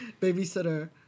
babysitter